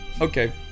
okay